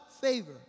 favor